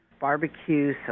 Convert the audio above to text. barbecue